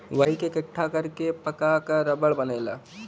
वही के इकट्ठा कर के पका क रबड़ बनेला